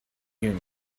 union